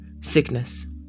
sickness